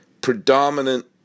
predominant